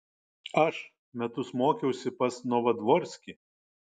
aš metus mokiausi pas novodvorskį